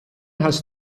has